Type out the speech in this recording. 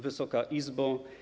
Wysoka Izbo!